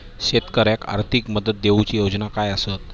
शेतकऱ्याक आर्थिक मदत देऊची योजना काय आसत?